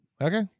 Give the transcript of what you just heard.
Okay